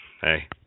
hey